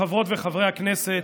חברות וחברי הכנסת,